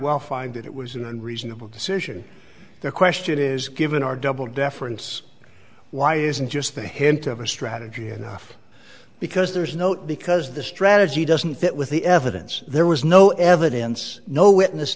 well find that it was and reasonable decision the question is given or double deference why isn't just a hint of a strategy enough because there's no because the strategy doesn't fit with the evidence there was no evidence no witness